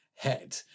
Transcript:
head